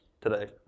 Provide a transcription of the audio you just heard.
today